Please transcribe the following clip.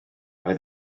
fydd